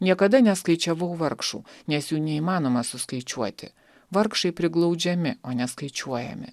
niekada neskaičiavau vargšų nes jų neįmanoma suskaičiuoti vargšai priglaudžiami o neskaičiuojami